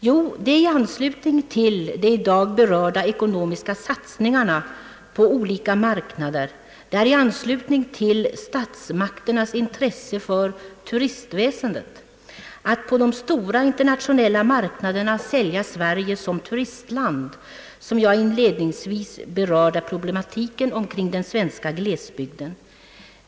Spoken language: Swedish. Jo, det är i an slutning till de i dag berörda ekonomiska satsningarna på olika marknader, det är i anslutning till statsmakternas intresse för turistväsendet — ait på de stora internationella marknaderna sälja Sverige som turistland — som jag inledningsvis berörde problematiken omkring den svenska glesbygden.